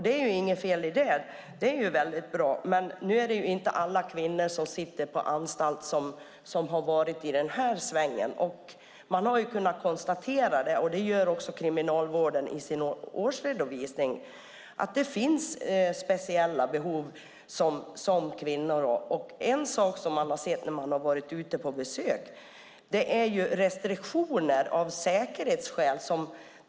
Det är inget fel i det, det är mycket bra, men nu har inte alla kvinnor som sitter på anstalt varit i den svängen. Det har kunnat konstateras, och det gör även Kriminalvården i sin årsredovisning, att kvinnor har speciella behov. En sak som visat sig när man besökt anstalterna är att det införts restriktioner av säkerhetsskäl.